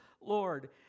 Lord